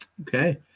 okay